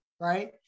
right